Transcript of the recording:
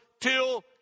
till